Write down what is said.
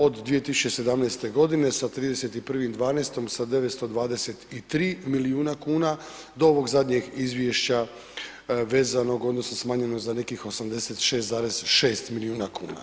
Od 2017.g. sa 31.12. sa 923 milijuna kuna do ovog zadnjeg izvješća vezanog odnosno smanjenog za nekih 86,6 milijuna kuna.